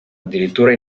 addirittura